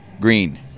green